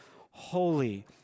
holy